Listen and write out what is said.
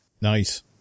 nice